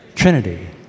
trinity